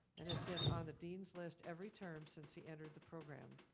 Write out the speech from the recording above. and has been on the dean's list every term since he entered the program.